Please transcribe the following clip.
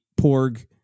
Porg